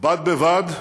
בד בבד,